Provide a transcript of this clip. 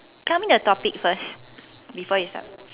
tell me the topics first before you start